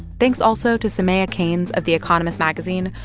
thanks also to soumaya keynes of the economist magazine.